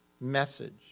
message